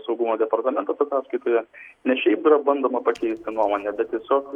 saugumo departamentas ataskaitoje ne šiaip yra bandoma pakeisti nuomonę bet tiesiog